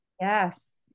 Yes